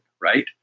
right